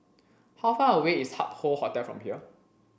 how far away is Hup Hoe Hotel from here